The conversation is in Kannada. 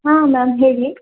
ಹಾಂ ಮ್ಯಾಮ್ ಹೇಳಿ